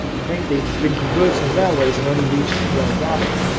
ok, they'd been converting the railways and only reached jelgava,